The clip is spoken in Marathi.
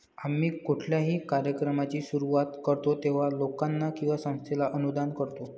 आम्ही कुठल्याही कार्यक्रमाची सुरुवात करतो तेव्हा, लोकांना किंवा संस्थेला अनुदान करतो